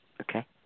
Okay